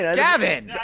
ah gavin!